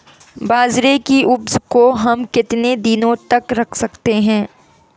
बाजरे की उपज को हम कितने दिनों तक रख सकते हैं?